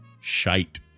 shite